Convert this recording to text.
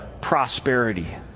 prosperity